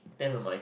never mind